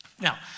now